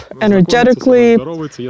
energetically